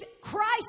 Christ